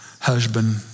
husband